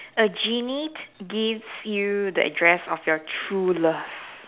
a genie gives you the address of your true love